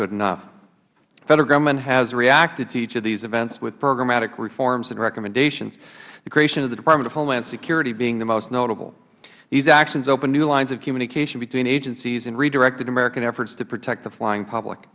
good enough the federal government has reacted to each of these events with programmatic reforms and recommendations the creation of the department of homeland security being the most notable these actions opened new lines of communication between agencies and redirected american efforts to protect the flying public